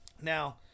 Now